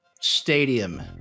Stadium